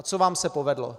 A co vám se povedlo?